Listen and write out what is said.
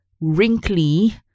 wrinkly